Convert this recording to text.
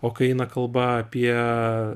o kai eina kalba apie